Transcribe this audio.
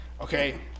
Okay